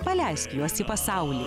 paleisk juos į pasaulį